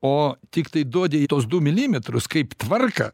o tiktai duodi tuos du milimetrus kaip tvarką